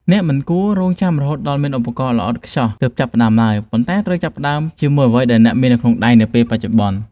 អ្នកមិនគួររង់ចាំរហូតដល់មានឧបករណ៍ល្អឥតខ្ចោះទើបចាប់ផ្តើមឡើយ ប៉ុន្តែត្រូវចាប់ផ្តើមជាមួយអ្វីដែលអ្នកមានក្នុងដៃនាពេលបច្ចុប្បន្ន។